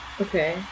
Okay